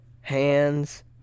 Hands